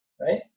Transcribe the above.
right